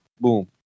Boom